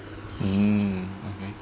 mm okay